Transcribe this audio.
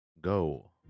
go